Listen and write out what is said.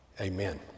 Amen